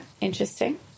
Interesting